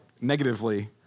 negatively